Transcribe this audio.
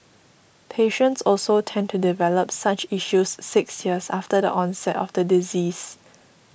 patients also tend to develop such issues six years after the onset of the disease